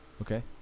okay